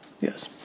Yes